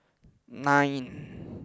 nine